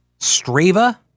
Strava